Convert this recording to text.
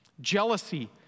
Jealousy